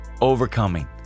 overcoming